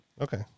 Okay